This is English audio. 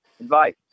advice